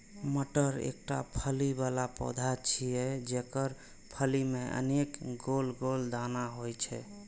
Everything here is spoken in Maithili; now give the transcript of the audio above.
मटर एकटा फली बला पौधा छियै, जेकर फली मे अनेक गोल गोल दाना होइ छै